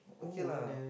okay lah